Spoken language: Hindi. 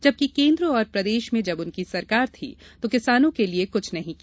जबकि केन्द्र और प्रदेश में जब उनकी सरकार थी तो किसानों के लिये कुछ नही किया